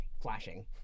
flashing